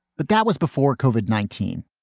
but that was before covered nineteen